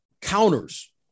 counters